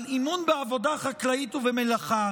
על אימון בעבודה החקלאית ובמלאכה,